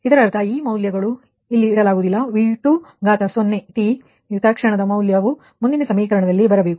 ಇದರರ್ಥ ಈ ಮೌಲ್ಯಗಳು ಇಲ್ಲಿ ಇಡುವುದಿಲ್ಲV2 0 t ತಕ್ಷಣದ ಮೌಲ್ಯವು ಮುಂದಿನ ಸಮೀಕರಣದಲ್ಲಿ ಬರಬೇಕು